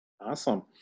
awesome